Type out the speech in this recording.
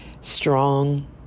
strong